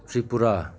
Tripura